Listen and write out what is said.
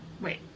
wait